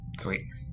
Sweet